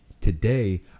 Today